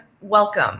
welcome